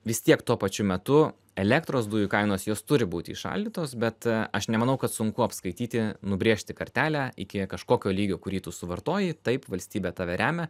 vis tiek tuo pačiu metu elektros dujų kainos jos turi būti įšaldytos bet aš nemanau kad sunku apskaityti nubrėžti kartelę iki kažkokio lygio kurį tu suvartoji taip valstybė tave remia